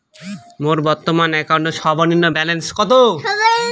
মোর বর্তমান অ্যাকাউন্টের সর্বনিম্ন ব্যালেন্স কত?